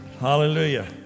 Hallelujah